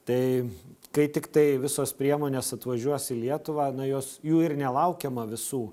tai kai tiktai visos priemonės atvažiuos į lietuvą na jos jų ir nelaukiama visų